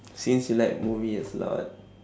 since you like movies a lot